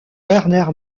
werner